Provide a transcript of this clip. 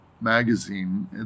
magazine